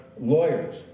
lawyers